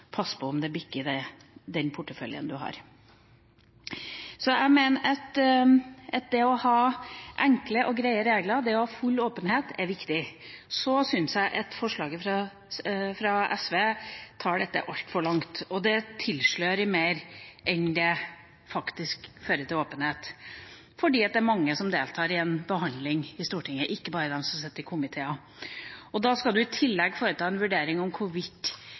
passe på om den porteføljen man har, bikker grensa. Jeg mener at det å ha enkle og greie regler og det å ha full åpenhet er viktig. Jeg syns forslaget fra SV drar dette altfor langt. Det tilslører mer enn det faktisk fører til åpenhet, fordi det er mange som deltar i en behandling i Stortinget, ikke bare dem som sitter i komiteene. Og så skal man i tillegg foreta en vurdering